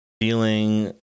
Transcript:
feeling